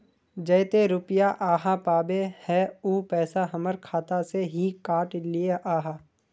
जयते रुपया आहाँ पाबे है उ पैसा हमर खाता से हि काट लिये आहाँ?